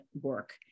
work